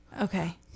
Okay